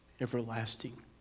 everlasting